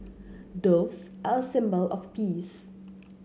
doves are a symbol of peace